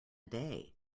day